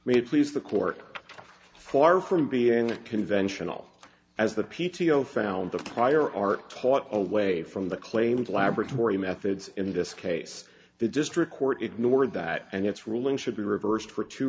really pleased the cork far from being a conventional as the p t o found the prior art taught away from the claimed laboratory methods in this case the district court ignored that and its ruling should be reversed for two